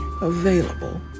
available